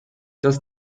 dass